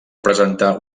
presentar